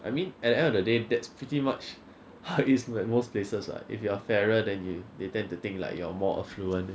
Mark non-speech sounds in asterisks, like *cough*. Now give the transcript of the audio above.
I mean at end of the day that's pretty much *laughs* what it is at most places lah if you are fairer then they tend to think like you are more affluent